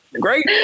great